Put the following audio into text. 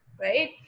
right